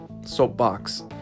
soapbox